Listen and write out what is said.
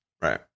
Right